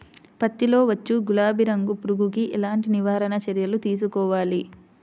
పత్తిలో వచ్చు గులాబీ రంగు పురుగుకి ఎలాంటి నివారణ చర్యలు తీసుకోవాలి?